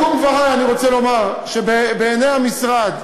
לסיכום דברי אני רוצה לומר שבעיני המשרד,